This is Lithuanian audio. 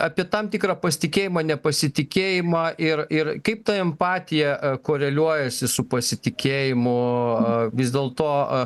apie tam tikrą pasitikėjimą nepasitikėjimą ir ir kaip ta empatija a koreliuojasi su pasitikėjimu a vis dėlto a